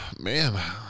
man